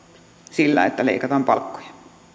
sillä että leikataan palkkoja